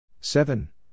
Seven